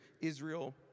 Israel